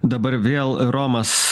dabar vėl romas